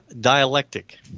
dialectic